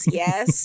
yes